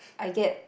I get